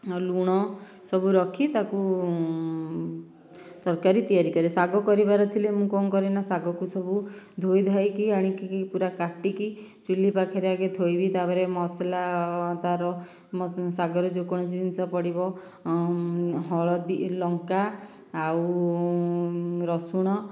ଲୁଣ ସବୁ ରଖି ତାକୁ ତରକାରୀ ତିଆରି କରେ ଶାଗ କରିବାର ଥିଲେ ମୁଁ କଣ କରେ ନା ଶାଗକୁ ସବୁ ଧୋଇ ଧୋଇକି ଆଣିକି ପୁରା କାଟିକି ଚୁଲି ପାଖେରେ ଆଗେ ଥୋଇବି ତାପରେ ମସଲା ତାର ଶାଗର ଯେକୌଣସି ଜିନିଷ ପଡ଼ିବ ହଳଦୀ ଲଙ୍କା ଆଉ ରସୁଣ